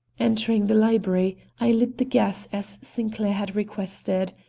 entering the library, i lit the gas as sinclair had requested.